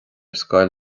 scoil